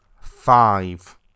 five